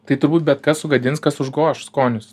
tai turbūt bet kas sugadins kas užgoš skonius